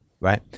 Right